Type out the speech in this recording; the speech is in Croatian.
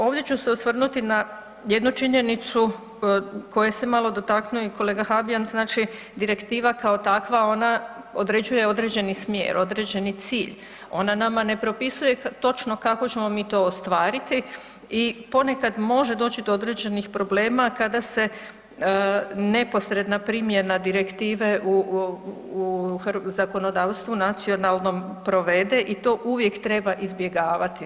No, ovdje ću se osvrnuti na jednu činjenicu koje se malo dotaknuo i kolega Habijan znači direktiva kao takva ona određuje određeni smjer, određeni cilj, ona nama ne propisuje točno kako ćemo mi to ostvariti i ponekad može doći do određenih problema kada se neposredna primjena direktive u zakonodavstvu nacionalnom provede i to uvijek treba izbjegavati.